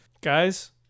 Guys